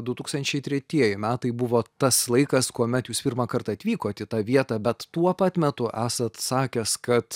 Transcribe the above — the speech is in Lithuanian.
du tūkstančiai tretieji metai buvo tas laikas kuomet jūs pirmąkart atvykot į tą vietą bet tuo pat metu esat sakęs kad